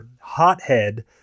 hothead